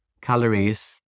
calories